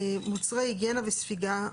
מוצרי היגיינה וספיגה,